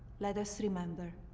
let us remember,